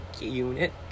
unit